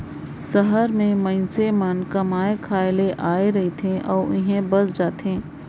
सहर में मइनसे मन कमाए खाए ले आए रहथें अउ इहें बइस जाथें